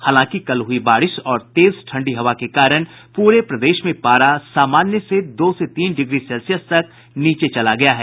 हालांकि कल हुयी बारिश और तेज ठंडी हवा के कारण पूरे प्रदेश में पारा सामान्य से दो से तीन डिग्री सेल्सियस तक नीचे चला गया है